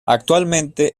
actualmente